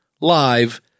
live